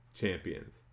champions